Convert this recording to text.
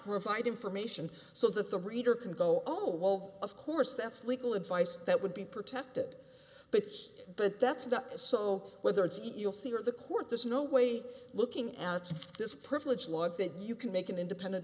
provide information so that the reader can go oh well of course that's legal advice that would be protected but it's but that's not so whether it's eagle sea or the court there's no way looking at this privilege what they do you can make an independent